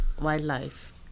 wildlife